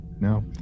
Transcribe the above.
No